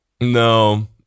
No